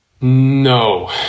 no